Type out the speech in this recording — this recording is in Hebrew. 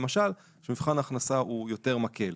למשל מבחן הכנסה הוא יותר מקל.